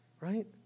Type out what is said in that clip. right